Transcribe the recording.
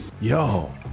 yo